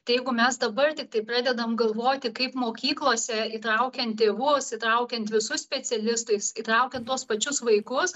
tai jeigu mes dabar tiktai pradedam galvoti kaip mokyklose įtraukiant tėvus įtraukiant visus specialistais įtraukiant tuos pačius vaikus